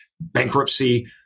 bankruptcy